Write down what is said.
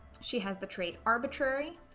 she has the traits arbitrary,